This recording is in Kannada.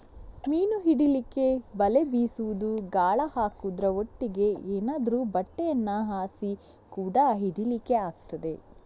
ಮೀನು ಹಿಡೀಲಿಕ್ಕೆ ಬಲೆ ಬೀಸುದು, ಗಾಳ ಹಾಕುದ್ರ ಒಟ್ಟಿಗೆ ಏನಾದ್ರೂ ಬಟ್ಟೆಯನ್ನ ಹಾಸಿ ಕೂಡಾ ಹಿಡೀಲಿಕ್ಕೆ ಆಗ್ತದೆ